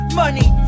money